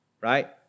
right